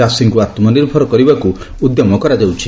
ଚାଷୀଙ୍କୁ ଆମ୍ନିଭର କରିବାକୁ ଉଦ୍ୟମ କରାଯାଉଛି